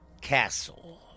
Castle